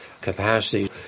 capacity